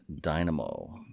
dynamo